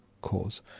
cause